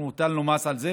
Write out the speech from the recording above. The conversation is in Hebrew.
הטלנו מס על זה,